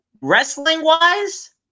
wrestling-wise